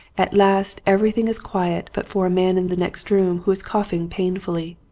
at last every thing is quiet but for a man in the next room who is coughing painfully.